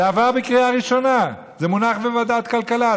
זה עבר בקריאה הראשונה, וזה מונח בוועדת הכלכלה.